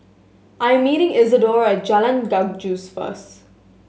I am meeting Isadore at Jalan Gajus first